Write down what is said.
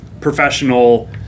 professional